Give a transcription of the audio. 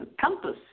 compass